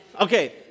Okay